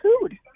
food